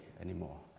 anymore